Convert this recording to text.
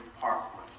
Parkway